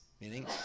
Meaning